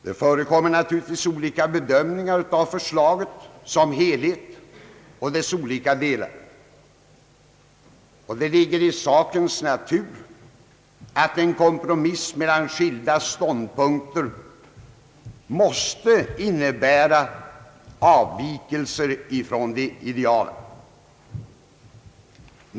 Det förekommer naturligtvis olika bedömningar av förslaget som helhet och dess olika delar, och det ligger i sakens natur att en kompromiss mellan skilda ståndpunkter måste innebära avvikelser från idealet.